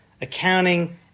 accounting